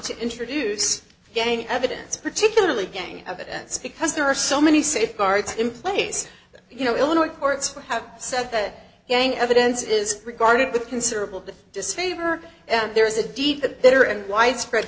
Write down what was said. to introduce gang evidence particularly gang evidence because there are so many safeguards in place you know illinois courts have said that yang evidence is regarded with considerable disfavor and there is a deed that there and widespread